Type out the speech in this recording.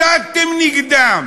הסתתם נגדם,